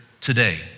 today